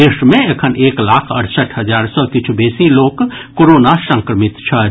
देश मे एखन एक लाख अड़सठि हजार सॅ किछु बेसी लोक कोरोना संक्रमित छथि